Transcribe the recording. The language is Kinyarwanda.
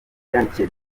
yandikiwe